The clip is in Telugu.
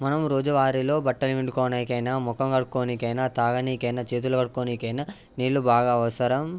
మనం రోజువారీ లో బట్టలు పిండుకోవడాకైనా ముఖం కడుకోడానికి అయినా తాగడానికి అయిన చేతులు కడుకోవడానికి అయిన నీళ్ళు బాగా అవసరం